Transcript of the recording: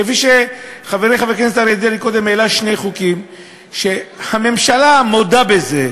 כפי שחברי חבר הכנסת אריה דרעי קודם העלה שני חוקים שהממשלה מודה בזה,